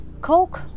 coke